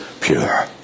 pure